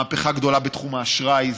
מהפכה גדולה בתחום האשראי,